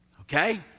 okay